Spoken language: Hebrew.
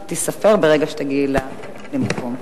היא תיספר ברגע שתגיעי למקום.